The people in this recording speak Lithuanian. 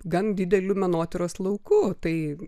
gan dideliu menotyros lauku tai